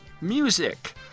music